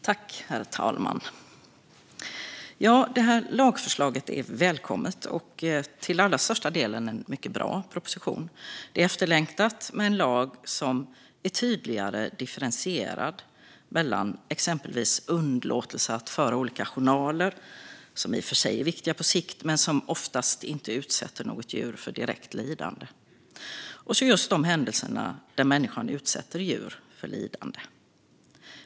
Herr talman! Det här lagförslaget är välkommet och till allra största delen en mycket bra proposition. Det är efterlängtat med en lag som tydligare differentierar mellan exempelvis underlåtelse att föra olika journaler, vilket i och för sig är viktigt på sikt men oftast inte utsätter något djur för direkt lidande, och de händelser där människan utsätter djur för lidande.